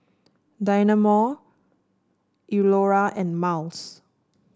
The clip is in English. Dynamo Iora and Miles